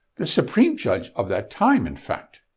the supreme judge of that time, in fact.